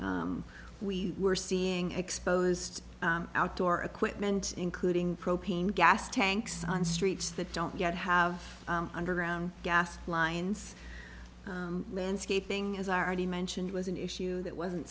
we were seeing exposed outdoor equipment including propane gas tanks on streets that don't yet have underground gas lines landscaping as are already mentioned was an issue that wasn't